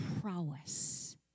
prowess